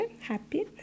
happy